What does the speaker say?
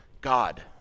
God